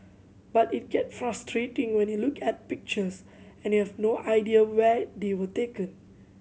but it get frustrating when you look at pictures and you have no idea where they were taken